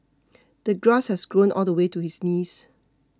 the grass had grown all the way to his knees